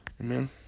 Amen